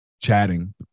chatting